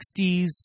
60s